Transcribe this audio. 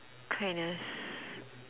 kindness